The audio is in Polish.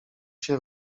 się